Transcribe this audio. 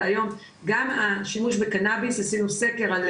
והיום גם השימוש בקנביס עשינו סקר על